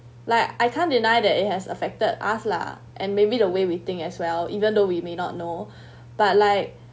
like I can't deny that it has affected us lah and maybe the way we think as well even though we may not know but like